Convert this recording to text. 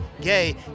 gay